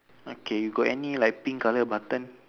okay you got any like pink colour button